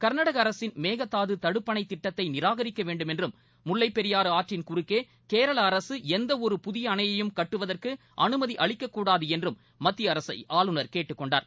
கர்நாடக அரசின் மேகதாது தடுப்பணை திட்டத்தை நிராகரிக்க வேண்டுமென்றும் முல்லைப் பெரியாறு ஆற்றின் குறக்கே கேரள அரசு எந்த ஒரு புதிய அணையையும் கட்டுவதற்கு அனுமதி அளிக்கக்கூடாது என்றும் மத்திய அரசை ஆளுநர் கேட்டுக்கொண்டார்